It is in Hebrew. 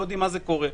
מה קורה,